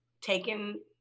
taken